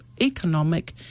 economic